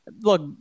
look